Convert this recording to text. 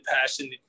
passion